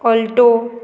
alto